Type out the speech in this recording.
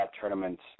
tournaments